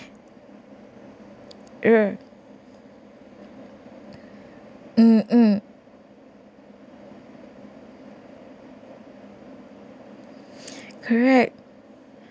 r~ uh uh correct